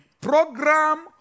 program